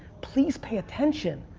please pay attention.